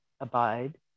abide